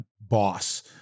boss